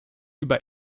über